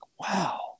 wow